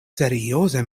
serioze